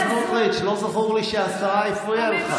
חבר הכנסת סמוטריץ', לא זכור לי שהשרה הפריעה לך.